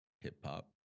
Hip-hop